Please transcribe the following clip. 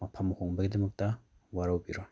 ꯃꯐꯝ ꯍꯣꯡꯕꯒꯤꯗꯃꯛꯇ ꯋꯥꯔꯧꯕꯤꯔꯣꯏ